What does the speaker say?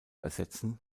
ersetzen